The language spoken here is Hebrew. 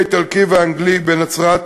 האיטלקי והאנגלי בנצרת,